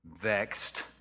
vexed